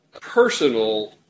personal